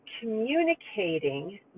communicating